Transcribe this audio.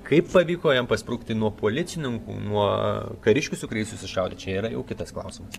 kaip pavyko jam pasprukti nuo policininkų nuo kariškių su kuriais susišaudė čia yra jau kitas klausimas